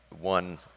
one